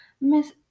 Miss